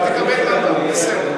היא מתעסקת בזה.